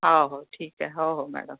हो हो ठीक आहे हो हो मॅडम